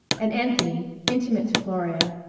and anthony, intimate to gloria,